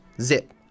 zip